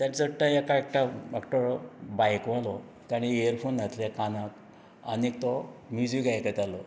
चडटा एका एकटो एकटो बायकवालो ताणें इयरफोन घातले कानाक आनी तो म्युजीक आयकतालो